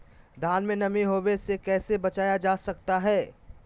धान में नमी होने से कैसे बचाया जा सकता है?